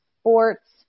Sports